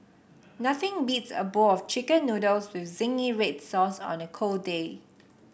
nothing beats a bowl of chicken noodles with zingy red sauce on a cold day